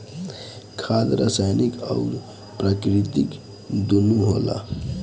खाद रासायनिक अउर प्राकृतिक दूनो होला